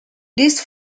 this